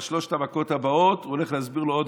בשלוש המכות הבאות הוא הולך להסביר לו עוד